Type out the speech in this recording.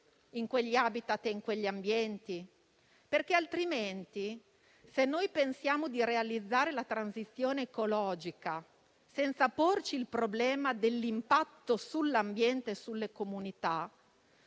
in quegli *habitat* e in quegli ambienti. Altrimenti, se noi pensiamo di realizzare la transizione ecologica senza porci il problema dell'impatto sull'ambiente e sulle comunità,